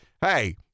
hey